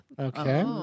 Okay